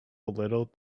little